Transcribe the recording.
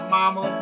Mama